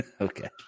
okay